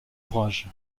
ouvrages